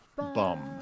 bum